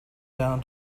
down